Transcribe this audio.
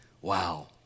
wow